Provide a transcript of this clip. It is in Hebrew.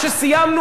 על מה אתה מדבר?